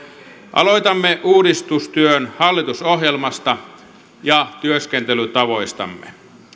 aloitamme uudistustyön hallitusohjelmasta ja työskentelytavoistamme